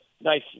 Nice